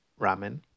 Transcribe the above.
ramen